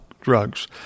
drugs